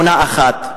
עונה אחת,